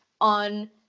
on